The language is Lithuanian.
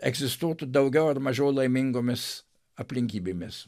egzistuotų daugiau ar mažiau laimingomis aplinkybėmis